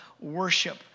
worship